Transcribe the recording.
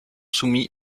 soumis